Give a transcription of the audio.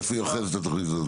איפה היא אוחזת התוכנית הזו?